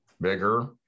bigger